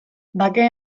bake